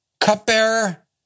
cupbearer